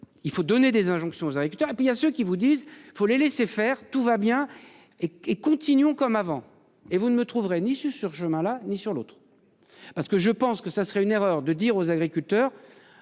il faut donner des injonctions aux agriculteurs et puis, puis il y a ceux qui vous disent il faut les laisser faire. Tout va bien. Et continuons comme avant. Et vous ne me trouverez ni sur chemin là ni sur l'autre. Parce que je pense que ça serait une erreur de dire aux agriculteurs